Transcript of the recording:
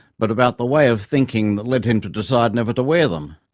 but about the way of thinking that led him to decide never to wear them,